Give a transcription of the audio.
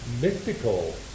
mystical